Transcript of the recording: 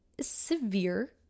severe